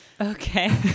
Okay